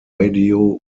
radio